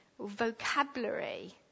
vocabulary